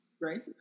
right